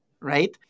right